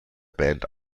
band